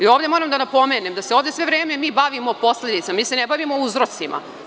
Ovde moram da napomenem da se ovde sve vreme mi bavimo posledicama, mi se ne bavimo uzrocima.